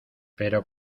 pero